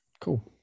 Cool